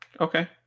Okay